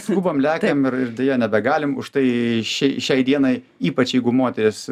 skubam lekiam ir deja nebegalim už tai šia šiai dienai ypač jeigu moteris